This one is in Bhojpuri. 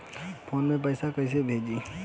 फोन से पैसा कैसे भेजी?